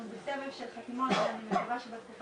אל זה אנחנו נגיע אבל כרגע אתה מנכ"ל החברה,